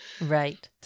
Right